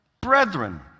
Brethren